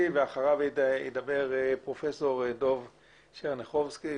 אחריך ידבר פרופסור דב צ'רניחובסקי,